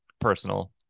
personal